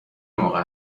موقع